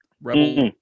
Rebel